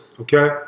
okay